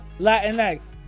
latinx